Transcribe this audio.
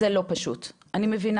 זה לא פשוט, אני מבינה.